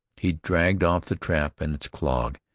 he dragged off the trap and its clog,